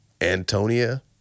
Antonia